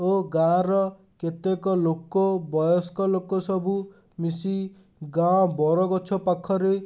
ଓ ଗାଁ'ର କେତେକ ଲୋକ ବୟସ୍କ ଲୋକ ସବୁ ମିଶି ଗାଁ ବରଗଛ ପାଖରେ